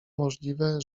możliwe